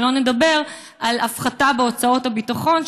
שלא נדבר על הפחתה בהוצאות הביטחון,